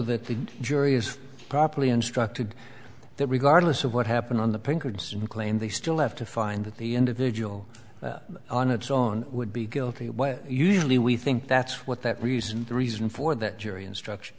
that the jury is properly instructed that regardless of what happened on the pinkard some claim they still have to find that the individual on its own would be guilty of usually we think that's what that reason the reason for that jury instruction